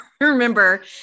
remember